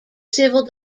civil